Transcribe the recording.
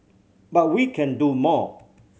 but we can do more